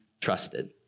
trusted